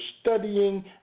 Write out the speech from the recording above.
studying